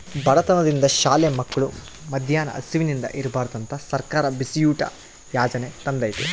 ಬಡತನದಿಂದ ಶಾಲೆ ಮಕ್ಳು ಮದ್ಯಾನ ಹಸಿವಿಂದ ಇರ್ಬಾರ್ದಂತ ಸರ್ಕಾರ ಬಿಸಿಯೂಟ ಯಾಜನೆ ತಂದೇತಿ